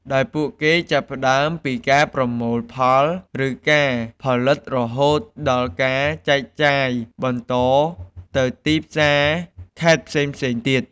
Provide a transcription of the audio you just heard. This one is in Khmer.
ដោយពួកគេចាប់ផ្តើមពីការប្រមូលផល ឬការផលិតរហូតដល់ការចែកចាយបន្តទៅទីផ្សារខេត្តផ្សេងៗទៀត។